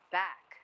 back